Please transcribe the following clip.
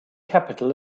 capital